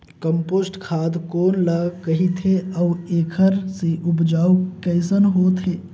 Compost खाद कौन ल कहिथे अउ एखर से उपजाऊ कैसन होत हे?